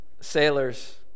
sailors